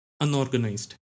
unorganized